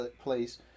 place